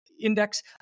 index